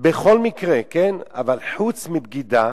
בכל מקרה, אבל חוץ מבגידה